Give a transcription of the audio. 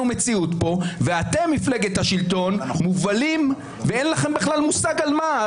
מציאות ואתם מפלגת השלטון מובלים ואין לכם בכלל מושג על מה.